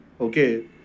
okay